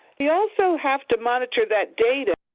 we also have to monitor that data